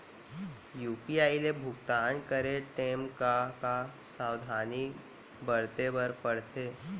UPI ले भुगतान करे टेम का का सावधानी बरते बर परथे